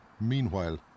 Meanwhile